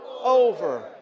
Over